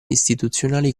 istituzionali